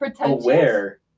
aware